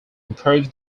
improves